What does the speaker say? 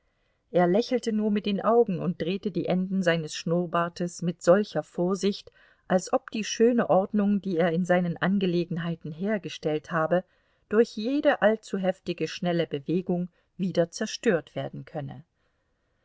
er lächelte nur mit den augen und drehte die enden seines schnurrbartes mit solcher vorsicht als ob die schöne ordnung die er in seinen angelegenheiten hergestellt habe durch jede allzu heftige schnelle bewegung wieder zerstört werden könne